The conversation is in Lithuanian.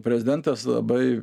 prezidentas labai